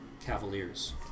cavaliers